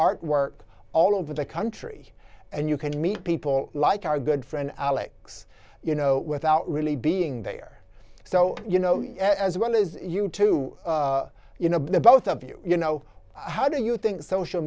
artwork all over the country and you can meet people like our good friend alex you know without really being there so you know as well as you two you know both of you you know how do you think social